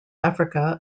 africa